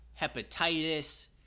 hepatitis